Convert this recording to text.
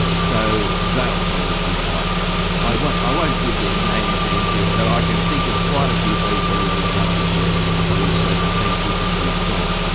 so they'll probably be quite happy. i won't i won't give their names, andrew, but i can think of quite a few people in the uniting church who'll say, well thank goodness he's gone.